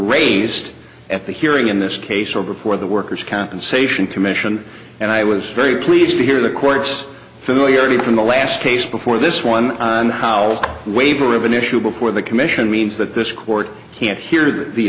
raised at the hearing in this case over for the workers compensation commission and i was very pleased to hear the court's familiarity from the last case before this one and how waiver of an issue before the commission means that this court can't hear the